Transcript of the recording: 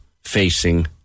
facing